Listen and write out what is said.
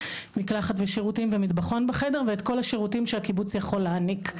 מקלחת ושירותים ומטבחון בחדר ואת כל השירותים שהקיבוץ יכול להעניק.